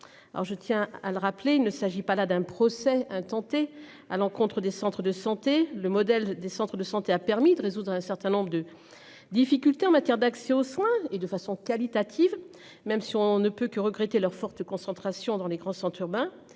Alors je tiens à le rappeler. Ne s'agit pas là d'un procès intenté à l'encontre des centres de santé le modèle des centres de santé a permis de résoudre un certain nombre de difficultés en matière d'accès aux soins et de façon qualitative. Même si on ne peut que regretter leur forte concentration dans l'écran 100 turbin.